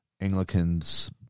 Anglican's